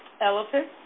Elephant